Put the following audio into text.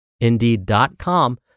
indeed.com